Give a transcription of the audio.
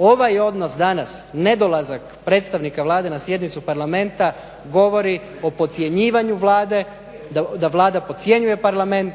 Ovaj odnos danas ne dolazak predstavnika Vlade na sjednicu Parlamenta govori o podcjenjivanju Vlade da Vlada podcjenjuje Parlament,